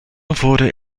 wurde